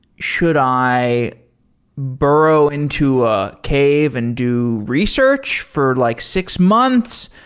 should i burrow into a cave and do research for like six months?